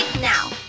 now